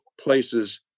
places